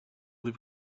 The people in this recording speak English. live